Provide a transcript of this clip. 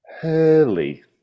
Hurley